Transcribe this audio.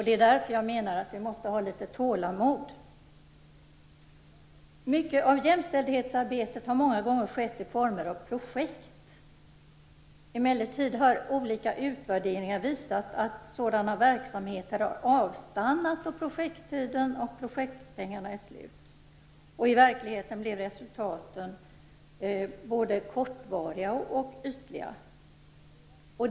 Det är därför jag menar att vi måste ha litet tålamod. Mycket av jämställdhetsarbetet har många gånger skett i former av projekt. Emellertid har olika utvärderingar visat att sådana verksamheter har avstannat då projekttiden och projektpengarna är slut. I verkligheten blev resultaten både kortvariga och ytliga.